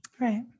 Right